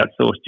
outsourced